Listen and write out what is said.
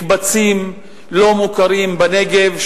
מקבצים לא-מוכרים בנגב,